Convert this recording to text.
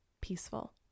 peaceful